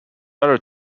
other